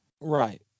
Right